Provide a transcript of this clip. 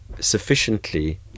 sufficiently